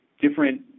different